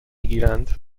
گیرند